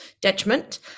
detriment